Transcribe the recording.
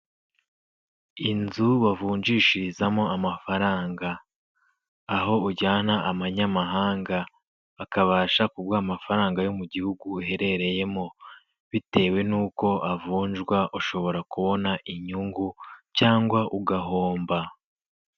Inzu bavunjishirizamo amafaranga, aho ujyana amanyamahanga bakabasha kuguha amafaranga yo mu gihugu uherereyemo; bitewe n'uko avunjwa ushobora kubona inyungu cyangwa ugahomba.